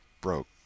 broke